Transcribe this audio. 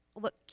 look